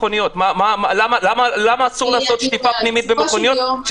מכוניות למה אסור לעשות שטיפה פנימית במכוניות,